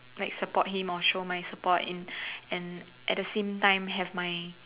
like support him or show my support in and at the same time have my